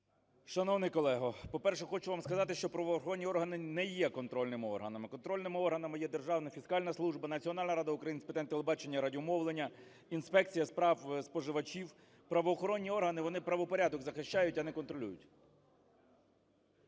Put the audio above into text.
Шановний колего, по-перше, хочу вам сказати, що правоохоронні органи не є контрольними органами. Контрольними органами є Державна фіскальна служба, Національна рада України з питань телебачення і радіомовлення, інспекція з прав споживачів. Правоохоронні органи, вони правопорядок захищають, а не контролюють.